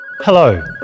Hello